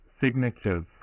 signatures